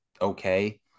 Okay